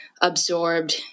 absorbed